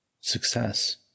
Success